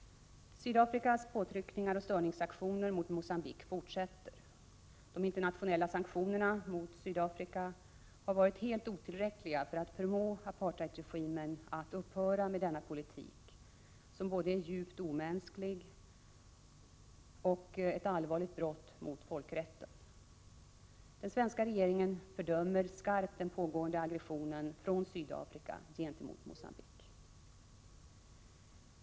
Sydafrikas påtryckningar och störningsaktioner mot Mogambique fortsätter. De internationella sanktionerna mot Sydafrika har varit helt otillräckliga för att förmå apartheidregimen att upphöra med sin politik, som är både djupt omänsklig och ett allvarligt brott mot folkrätten. Den svenska regeringen fördömer skarpt den pågående aggressionen från Sydafrika gentemot Mogambique.